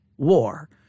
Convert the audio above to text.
war